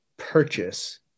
Purchase